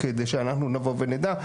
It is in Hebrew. כדי שאנחנו נבוא ונדע.